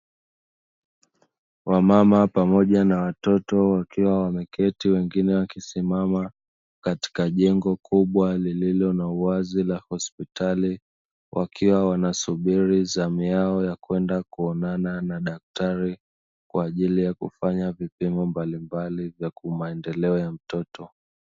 Wamama pamoja na watoto wakiwa wameketi wengine wakisimama katika jengo kubwa lililo na uwazi la hospitali, wakiwa wanasubiri zamu yao ya kwenda kuonana na daktari kwa ajili ya kufanya vipimo mbalimbali na kwa maendeleo ya mtoto.